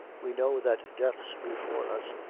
we know that death's before us,